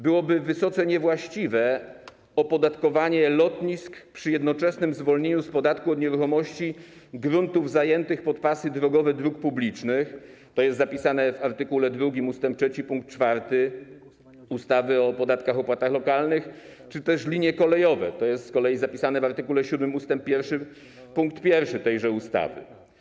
Byłoby wysoce niewłaściwe opodatkowanie lotnisk przy jednoczesnym zwolnieniu z podatku od nieruchomości gruntów zajętych pod pasy drogowe dróg publicznych, co jest zapisane w art. 2 ust. 3 pkt 4 ustawy o podatkach i opłatach lokalnych, czy też linie kolejowe, co jest z kolei zapisane w art. 7 ust. 1 pkt 1 tejże ustawy.